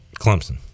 Clemson